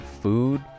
food